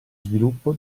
sviluppo